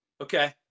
Okay